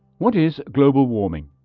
what is global warming?